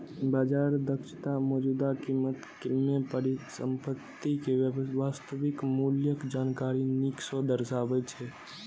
बाजार दक्षता मौजूदा कीमत मे परिसंपत्ति के वास्तविक मूल्यक जानकारी नीक सं दर्शाबै छै